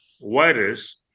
virus